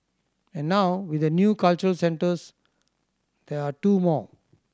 and now with the new cultural centres there are two more